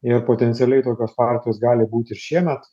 ir potencialiai tokios partijos gali būti ir šiemet